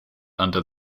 under